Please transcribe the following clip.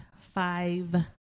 five